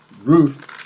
Ruth